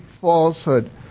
falsehood